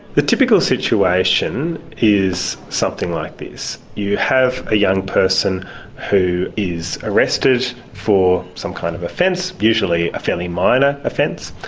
the typical situation is something like this you have a young person who is arrested for some kind of offence, usually a fairly minor offence.